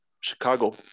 Chicago